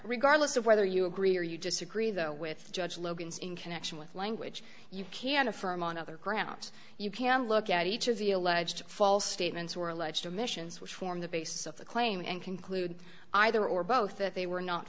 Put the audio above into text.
regardless of whether you agree or you disagree though with judge logans in connection with language you can affirm on other grounds you can look at each of the alleged false statements or alleged emissions which form the basis of the claim and conclude either or both that they were not